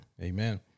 Amen